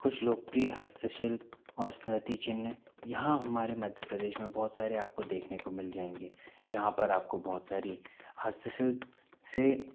कुछ लोकप्रिय हस्तशिल्प और स्मृतिचिन्ह यहाँ हमारे मध्य प्रदेश में बहुत सारे आपको देखने को मिल जाएंगे यहाँ पर आपको बहुत सारी हस्तशिल्प से